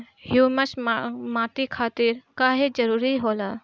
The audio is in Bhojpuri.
ह्यूमस माटी खातिर काहे जरूरी होला?